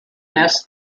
nest